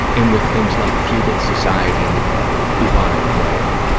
and with things like feudal society and the bubonic plague,